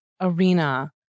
arena